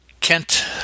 Kent